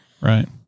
Right